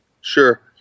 Sure